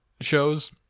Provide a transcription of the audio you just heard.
shows